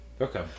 okay